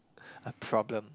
a problem